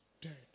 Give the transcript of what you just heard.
dead